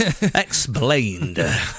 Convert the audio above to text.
explained